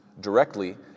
directly